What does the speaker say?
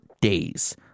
days